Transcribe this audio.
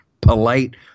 polite